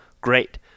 great